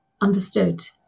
understood